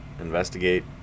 investigate